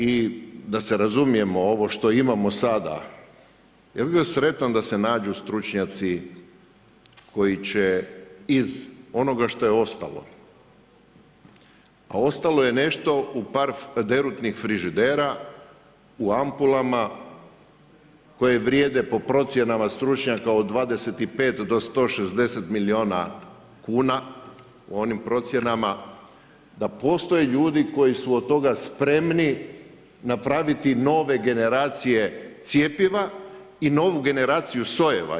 I da se razumijemo ovo što imamo sada, ja bi bio sretan da se nađu stručnjaci koji će iz onoga što je ostalo, a ostalo je nešto u par derutnih frižidera, u ampulama, koje vrijede po procjenama stručnjaka od 25 do 160 milijuna kuna, u onim procjenama, da postoje ljudi koji su od toga spremni napraviti nove generacije cjepiva i novu generaciju sojeva.